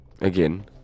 Again